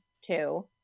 two